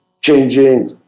changing